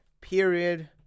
period